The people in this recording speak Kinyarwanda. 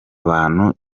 abantu